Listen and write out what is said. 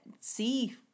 See